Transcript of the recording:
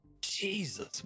jesus